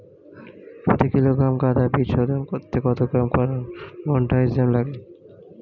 প্রতি কিলোগ্রাম গাঁদা বীজ শোধন করতে কত গ্রাম কারবানডাজিম লাগে?